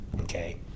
okay